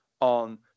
on